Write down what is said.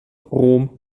rom